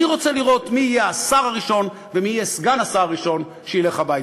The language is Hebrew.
אני רוצה לראות מי יהיה השר הראשון ומי יהיה סגן השר הראשון שילך הביתה.